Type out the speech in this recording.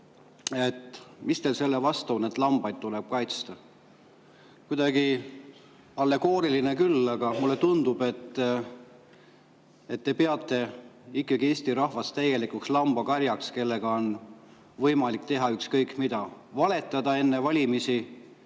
"Mis teil selle vastu on, et lambaid tuleb kaitsta?" Kuidagi allegooriline küll, aga mulle tundub, et te peate Eesti rahvast ikkagi täielikuks lambakarjaks, kellega on võimalik teha ükskõik mida, valetada neile enne valimisi